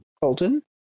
Colton